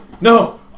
no